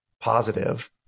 positive